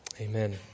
amen